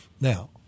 Now